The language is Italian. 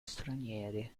stranieri